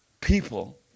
people